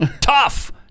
Tough